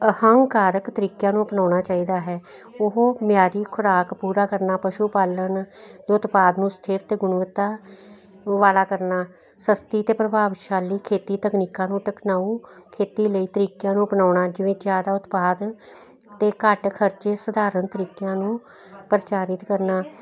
ਅਹੰਕਾਰਕ ਤਰੀਕਿਆਂ ਨੂੰ ਅਪਣਾਉਣਾ ਚਾਹੀਦਾ ਹੈ ਉਹ ਮਿਆਰੀ ਖੁਰਾਕ ਪੂਰਾ ਕਰਨਾ ਪਸ਼ੂ ਪਾਲਣ ਦੁੱਧ ਪਾਦ ਨੂੰ ਸਥਿਰ ਤੇ ਗੁਣਵੱਤਾ ਵਾਲਾ ਕਰਨਾ ਸਸਤੀ ਤੇ ਪ੍ਰਭਾਵਸ਼ਾਲੀ ਖੇਤੀ ਤਕਨੀਕਾਂ ਨੂੰ ਟੈਕਨਾਊ ਖੇਤੀ ਲਈ ਤਰੀਕਿਆਂ ਨੂੰ ਬਣਾਉਣਾ ਜਿਵੇਂ ਜਿਆਦਾ ਉਤਪਾਦ ਤੇ ਘੱਟ ਖਰਚੇ ਸੁਧਾਰਨ ਤਰੀਕਿਆਂ ਨੂੰ ਪ੍ਰਚਾਰਿਤ ਕਰਨਾ